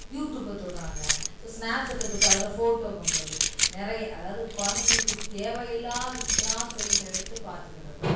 யூடியூப்பை தொடுறாங்க ஸ்னாப் சாட்டை தொட்டு அதில் ஃபோட்டோ பண்ணுறது நிறைய அதாவது குலந்தைங்களுக்கு தேவை இல்லாத விஷயத்தலாம் செல்லில் எடுத்து பார்த்துக்கிடுறது